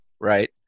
right